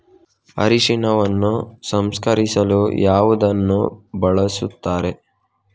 ಅರಿಶಿನವನ್ನು ಸಂಸ್ಕರಿಸಲು ಯಾವುದನ್ನು ಬಳಸುತ್ತಾರೆ?